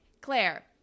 Claire